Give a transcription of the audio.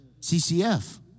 CCF